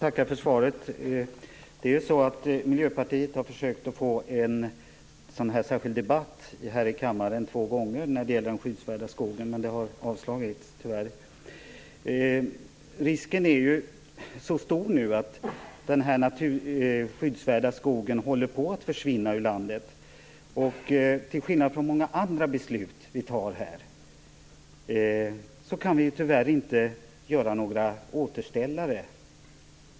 Fru talman! Jag tackar för svaret. Vi i Miljöpartiet har två gånger försökt att få till stånd en särskild debatt om de skyddsvärda skogarna, men vår begäran har tyvärr avslagits. Risken är stor att den skyddsvärda skogen håller på att försvinna. Till skillnad från många andra beslut som vi fattar här går det tyvärr inte att göra några återställare.